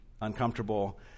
uncomfortable